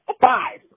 Five